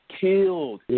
killed